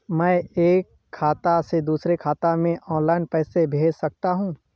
मैं एक खाते से दूसरे खाते में ऑनलाइन पैसे कैसे भेज सकता हूँ?